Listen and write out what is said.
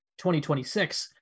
2026